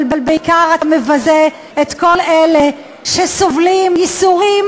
אבל בעיקר אתה מבזה את כל אלה שסובלים ייסורים